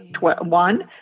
one